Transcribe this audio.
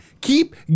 keep